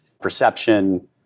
perception